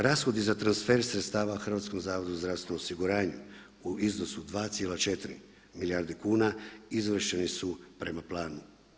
Rashodi za transfer sredstava Hrvatskom zavodu za zdravstveno osiguranje u iznosu 2,4 milijardi kuna izvršeni su prema planu.